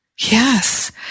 Yes